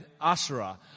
Asherah